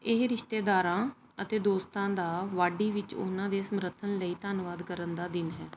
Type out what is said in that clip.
ਇਹ ਰਿਸ਼ਤੇਦਾਰਾਂ ਅਤੇ ਦੋਸਤਾਂ ਦਾ ਵਾਢੀ ਵਿੱਚ ਉਹਨਾਂ ਦੇ ਸਮਰਥਨ ਲਈ ਧੰਨਵਾਦ ਕਰਨ ਦਾ ਦਿਨ ਹੈ